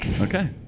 Okay